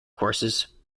courses